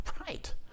right